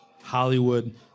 Hollywood